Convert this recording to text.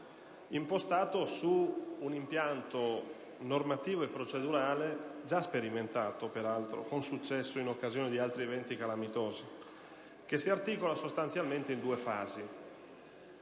impostato su un impianto normativo e procedurale già sperimentato, peraltro, con successo in occasione di altri eventi calamitosi, che si articola sostanzialmente in due fasi.